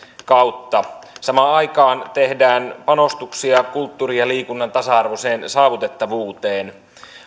kautta samaan aikaan tehdään panostuksia kulttuurin ja liikunnan tasa arvoiseen saavutettavuuteen